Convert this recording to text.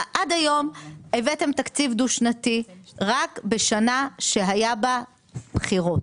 עד היום הבאתם תקציב דו שנתי רק בשנה שהיה בה בחירות,